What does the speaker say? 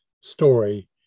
story